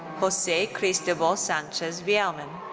jose cristobal sanchez vielman.